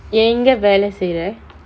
எங்க வேல செய்ற:enga vela seira